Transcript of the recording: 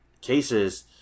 cases